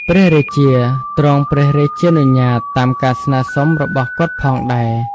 ព្រះរាជា ទ្រង់ព្រះរាជានុញ្ញាតតាមការស្នើសុំរបស់គាត់ផងដែរ។